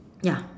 ya